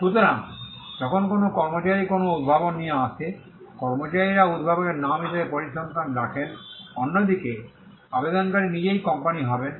সুতরাং যখন কোনও কর্মচারী কোনও উদ্ভাবন নিয়ে আসে কর্মচারীরা উদ্ভাবকের নাম হিসাবে পরিসংখ্যান রাখেন অন্যদিকে আবেদনকারী নিজেই কোম্পানী হবেন